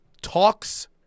talks